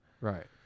Right